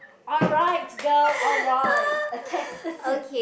alright girl alright a test